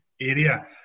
area